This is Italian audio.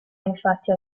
infatti